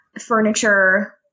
furniture